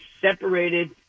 separated